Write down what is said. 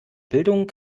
bildung